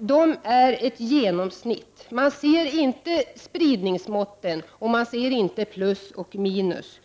avser ett genomsnitt. Där finns inga spridningsmått, och det anges inte plus och minus.